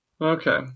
Okay